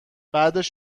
بعدش